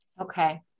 Okay